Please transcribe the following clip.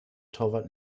torwart